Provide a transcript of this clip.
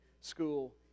school